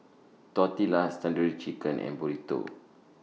Tortillas Tandoori Chicken and Burrito